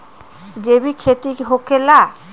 जैविक खेती का होखे ला?